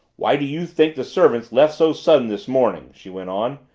why do you think the servants left so sudden this morning? she went on.